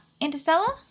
Interstellar